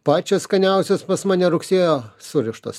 pačios skaniausios pas mane rugsėjo surištos